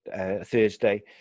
Thursday